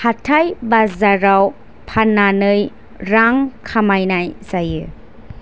हाथाय बाजाराव फाननानै रां खामायनाय जायो